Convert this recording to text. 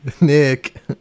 nick